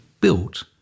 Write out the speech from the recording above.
built